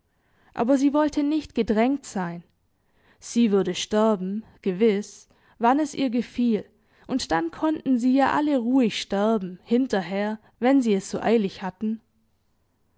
aber sie wollte nicht gedrängt sein sie würde sterben gewiß wann es ihr gefiel und dann konnten sie ja alle ruhig sterben hinterher wenn sie es so eilig hatten